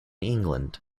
england